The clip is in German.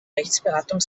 rechtsberatung